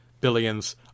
billions